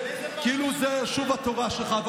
כאילו זה היה שוב התורה שלך.